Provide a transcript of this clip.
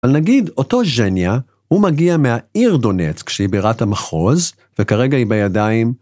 אבל נגיד אותו ז'ניה, הוא מגיע מהעיר דונץ כשהיא בירת המחוז וכרגע היא בידיים.